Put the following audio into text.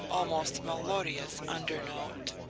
almost melodious undernote.